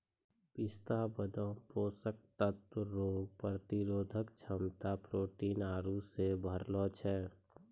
पिस्ता बादाम पोषक तत्व रोग प्रतिरोधक क्षमता प्रोटीन आरु से भरलो छै